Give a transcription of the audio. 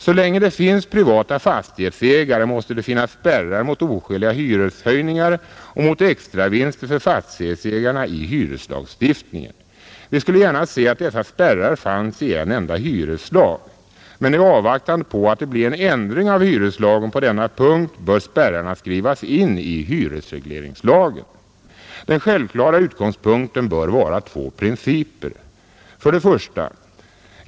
Så länge det finns privata fastighetsägare måste det finnas spärrar mot oskäliga hyreshöjningar och mot extravinster för fastighetsägarna i hyreslagstiftningen. Vi skulle gärna se att dessa spärrar fanns i en enda hyreslag. Men i avvaktan på att det blir en ändring av hyreslagen på denna punkt bör spärrarna skrivas in i hyresregleringslagen. Den självklara utgångspunkten bör vara två principer: 1.